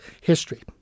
history